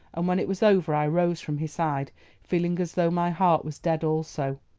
and when it was over i rose from his side feeling as though my heart was dead also.